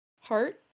Heart